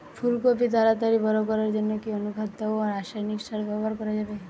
ফুল কপি তাড়াতাড়ি বড় করার জন্য কি অনুখাদ্য ও রাসায়নিক সার ব্যবহার করা যাবে?